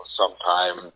sometime